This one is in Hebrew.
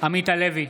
עמית הלוי,